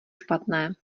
špatné